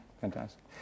Fantastic